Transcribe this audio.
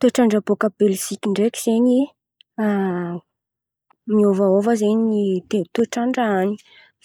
Toetrandra bôka Beliziky ndreky zen̈y miôva hôva zen̈y ny toetran-dra an̈y